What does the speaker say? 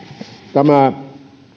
tämä